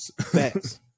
Facts